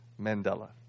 Mandela